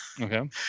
Okay